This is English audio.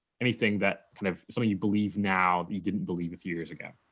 anything that kind of something you believe now you didn't believe a few years ago?